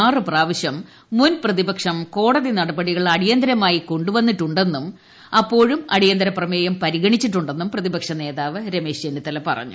ആറ് പ്രാവശ്യം മുൻപ്രതിപക്ഷം കോടതി നടപടികൾ അടിയന്തരമായി കൊണ്ടു വന്നിട്ടുണ്ടെന്നും അപ്പോഴും അടിയന്തരപ്രമേയം പരിഗണിച്ചിട്ടുണ്ടെന്നും പ്രതിപക്ഷനേതാവ് രമേശ് ചെന്നിത്തല പറഞ്ഞു